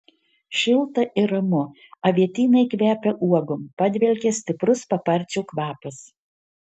šilta ir ramu avietynai kvepia uogom padvelkia stiprus paparčių kvapas